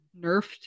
nerfed